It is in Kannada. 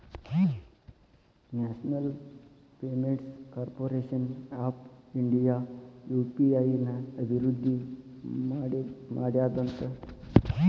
national payments corporation of India UPI ನ ಅಭಿವೃದ್ಧಿ ಮಾಡ್ಯಾದಂತ